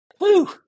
Woo